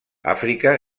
àfrica